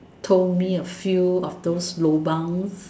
told me a few of those lobangs